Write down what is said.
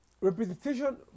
Representation